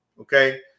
okay